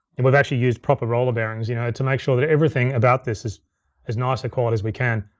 and we've actually used proper roller bearings you know to make sure that everything about this is as nice a quality as we can.